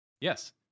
yes